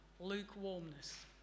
lukewarmness